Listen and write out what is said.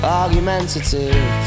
argumentative